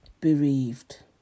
bereaved